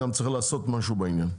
גם צריך לעשות משהו בעניין.